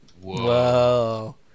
Whoa